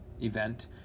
event